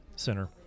center